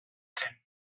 zen